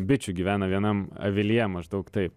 bičių gyvena vienam avilyje maždaug taip